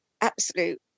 absolute